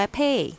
pay